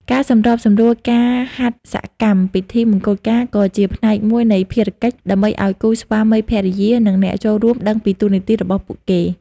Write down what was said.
ការសម្របសម្រួលការហាត់សមកម្មពិធីមង្គលការក៏ជាផ្នែកមួយនៃភារកិច្ច ដើម្បីឱ្យគូស្វាមីភរិយា និងអ្នកចូលរួមដឹងពីតួនាទីរបស់ពួកគេ។